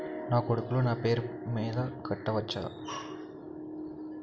నా కొడుకులు నా పేరి మీద కట్ట వచ్చా?